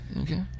Okay